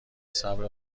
صبر